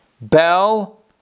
bell